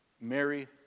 Mary